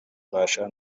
mbasha